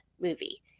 movie